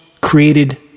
created